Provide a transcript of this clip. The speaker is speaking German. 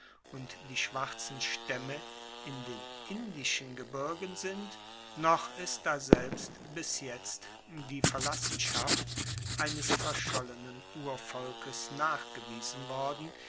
und die schwarzen staemme in den indischen gebirgen sind noch ist daselbst bis jetzt die verlassenschaft eines verschollenen urvolkes nachgewiesen worden